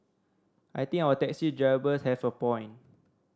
I think our taxi drivers have a point